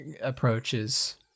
approaches